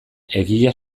egia